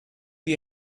you